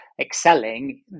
excelling